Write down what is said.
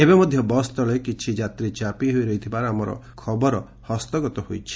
ଏବେ ମଧ ବସ୍ ତଳେ କିଛି ଯାତ୍ରୀ ଚାପି ହୋଇ ରହିଥିବା ଆମର ଖବର ହସ୍ତଗତ ହୋଇଛି